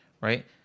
right